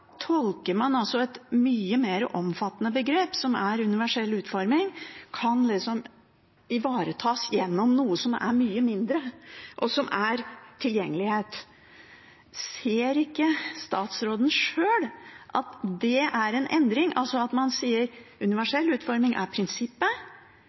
tolker man et mye mer omfattende begrep, som er universell utforming, slik at det kan ivaretas gjennom noe som er mye mindre, og som er tilgjengelighet. Ser ikke statsråden sjøl at det er en endring, altså at man sier